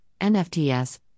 NFTS